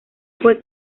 fue